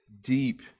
deep